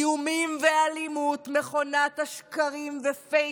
איומים ואלימות, מכונת השקרים ופייק,